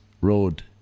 road